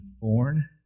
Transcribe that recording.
born